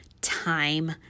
time